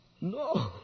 No